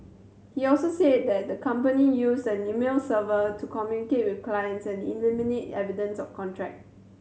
he also said that the company used an email server to communicate with clients and eliminate evidence of contact